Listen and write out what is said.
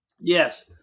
Yes